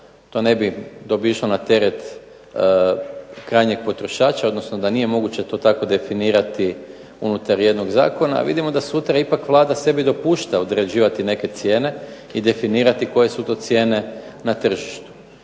to ne bi, to bi išlo na teret krajnjeg potrošača, odnosno da nije moguće to tako definirati unutar jednog zakona. A vidimo da sutra ipak Vlada sebi dopušta određivati neke cijene i definirati koje su to cijene na tržištu.